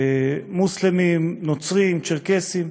מוסלמים, נוצרים וצ'רקסים,